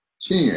ten